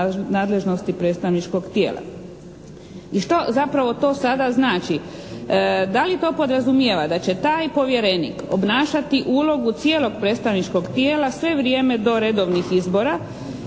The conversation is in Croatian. predstavničkog tijela. I što zapravo to sada znači? Da li podrazumijeva da će taj povjerenik obnašati ulogu cijelog predstavničkog tijela sve vrijeme do redovnih izbora